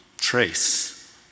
trace